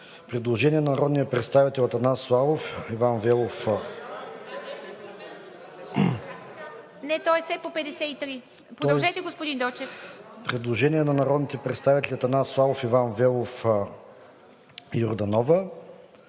Предложение на народните представители Атанас Славов, Иван Велов и Йорданова.